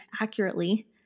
accurately